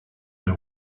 they